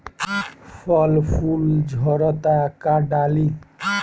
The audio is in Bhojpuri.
फल फूल झड़ता का डाली?